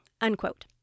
unquote